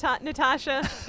Natasha